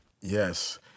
Yes